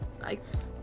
nice